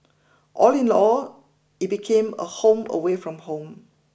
all in all it became a home away from home